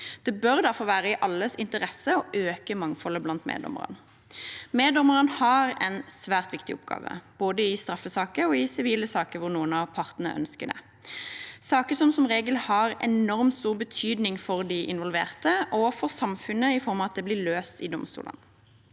Det bør derfor være i alles interesse å øke mangfoldet blant meddommerne. Meddommerne har en svært viktig oppgave både i straffesaker og i sivile saker hvor noen av partene ønsker det – saker som som regel har enormt stor betydning for de involverte, og også for samfunnet i form av at de blir løst i domstolene.